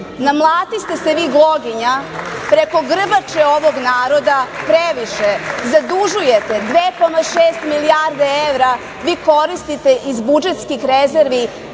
Namlatiste se vi gloginja preko grbače ovog naroda previše. Zadužujete 2,6 milijardi evra, vi koristite iz budžetskih rezervi